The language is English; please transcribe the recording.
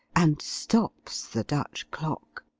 and stops the dutch clock.